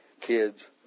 kids